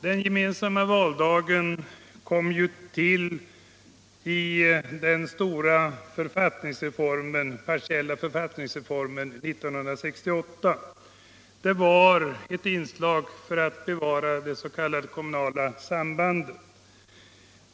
Den gemensamma valdagen tillkom vid den stora partiella författningsreformen 1968, och avsikten var att bevara det s.k. kommunala sambandet.